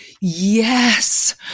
yes